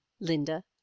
linda